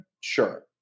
Sure